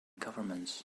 governments